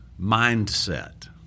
mindset